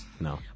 No